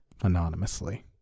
anonymously